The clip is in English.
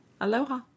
Aloha